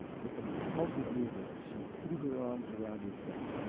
with an impulsive movement, she threw her arms around his neck,